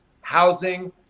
housing